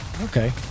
Okay